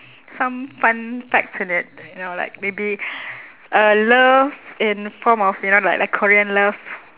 some fun facts in it you know like maybe a love in form of you know like like korean love